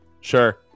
Sure